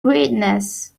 greatness